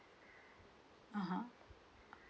(uh huh)